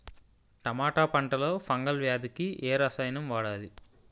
టమాటా పంట లో ఫంగల్ వ్యాధికి ఏ రసాయనం వాడాలి?